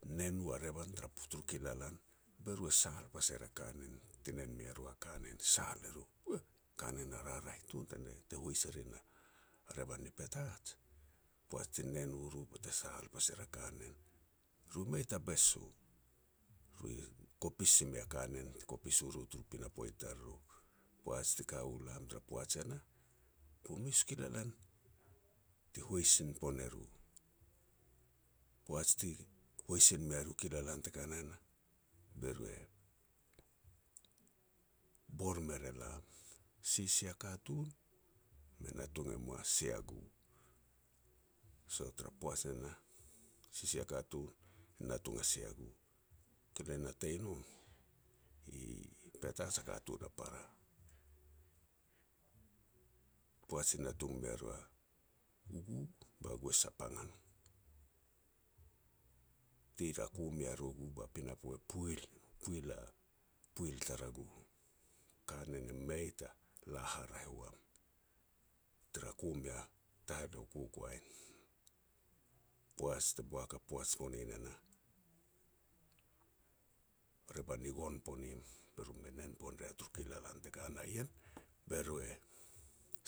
Ti nen ua revan turu kilalan, be ru e sal pas er a kanen ti nen mea ru a kanen, sal eru, "Puuh, kanen a raraeh tun te hois e rin a revan ni Petats." Poaj ti nen u ru bete sal pas er a kanen. Ru mei ta bes u, ru i kopis si mei a kanen ti kopis u ru turu pinapo i taruru. Poaj ti ka u lam tara poaj e nah, bu mes u kilalan ti hois sai pon ne ru. Poaj ti hois sin mea ru kilalan te ka ne nah, be ru e bor mer e lam. Sisia katun, me natung e moa sia gu. So tara poaj ne nah, sisia katun e natung a sia gu. Ke lo natei nom, i Petats a katun a para. Poaj ti natung mea ru u gu, ba gu sapang a no. Ti rako mea ru gu ba pinapo e puil, puil a puil tara gu. Kanen e mei la haraeh i wam, ti rako miu taheleo u kokoain. Poaj te boak a poaj pone ne nah, a revan i gon ponim, be ru me nen pon ria turu kilalan te ka na ien, be ru e